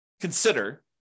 consider